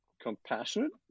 compassionate